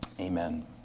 amen